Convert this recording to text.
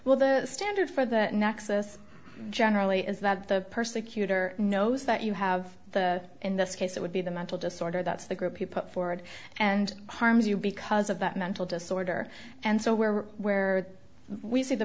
well the standard for that nexus generally is that the persecutor knows that you have the in this case it would be the mental disorder that's the group he put forward and harms you because of that mental disorder and so where we're where we see the